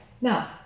now